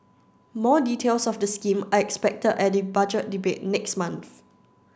more details of the scheme are expected at the Budget Debate next month